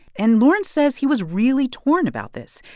and lawrence says he was really torn about this.